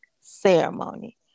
ceremony